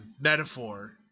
metaphor